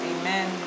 Amen